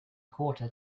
quarter